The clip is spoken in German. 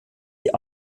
die